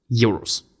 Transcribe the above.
euros